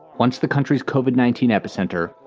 once the country's covered nineteen epicenter,